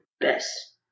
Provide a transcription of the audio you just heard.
best